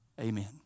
Amen